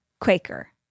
Quaker